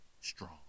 strong